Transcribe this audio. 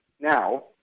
now